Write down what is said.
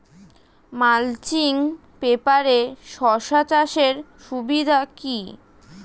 Mulching পেপারে শসা চাষের সুবিধা কি?